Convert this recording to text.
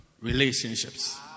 relationships